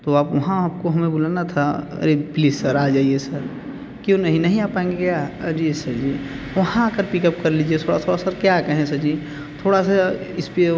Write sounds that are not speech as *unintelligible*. तो आप वहाँ आपको हमें बुलाना था अरे प्लीस सर आ जाइए सर क्यों नहीं नहीं आ पाएंगे क्या जी सर वहाँ आकर पिकअप कर लीजिए *unintelligible* सर क्या कहें सर जी थोड़ा सा इसपे